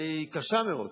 אבל היא קשה מאוד,